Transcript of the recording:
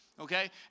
Okay